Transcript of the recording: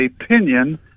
opinion